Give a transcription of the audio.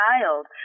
child